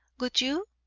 would you?